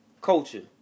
culture